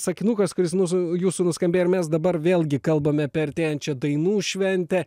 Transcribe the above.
sakinukas kuris mūsų jūsų nuskambėjo ir mes dabar vėlgi kalbame apie artėjančią dainų šventę